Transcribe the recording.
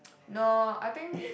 no I think